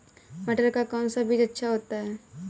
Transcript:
मटर का कौन सा बीज अच्छा होता हैं?